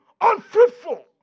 unfruitful